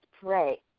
pray